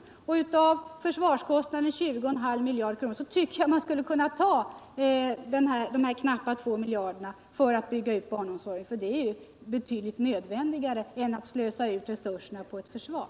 Jag tycker att man av försvarskostnaderna på 20,5 miljarder kronor skulle kunna ta dessa knappa 2 miljarder för att bygga ut barnomsorgen. Det är nödvändigare än att slösa resurserna på ett förvar.